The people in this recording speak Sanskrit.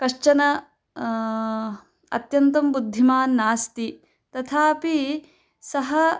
कश्चन अत्यन्तं बुद्धिमान् नास्ति तथापि सः